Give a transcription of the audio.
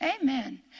Amen